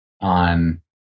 on